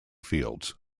fields